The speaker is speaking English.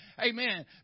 Amen